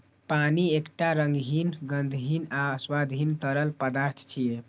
पानि एकटा रंगहीन, गंधहीन आ स्वादहीन तरल पदार्थ छियै